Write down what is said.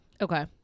Okay